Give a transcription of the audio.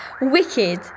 Wicked